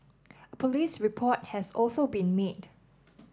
police report has also been made